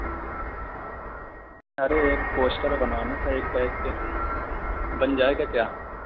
ارے ایک پوسٹر بنوانا تھا ایک باٮٔی ایک پہ بن جائے گا کیا